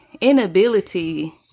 inability